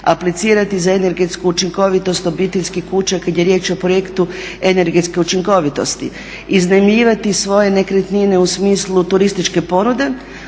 aplicirati za energetsku učinkovitost obiteljskih kuća kada je riječ o projektu Energetske učinkovitosti, iznajmljivati svoje nekretnine u smislu turističke ponude,